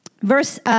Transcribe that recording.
verse